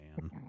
man